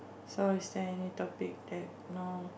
so is there any topic that no